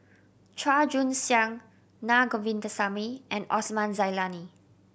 Chua Joon Siang Na Govindasamy and Osman Zailani